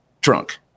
Drunk